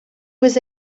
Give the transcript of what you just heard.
was